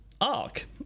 arc